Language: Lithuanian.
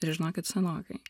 ir žinokit senokai